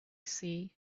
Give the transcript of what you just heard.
see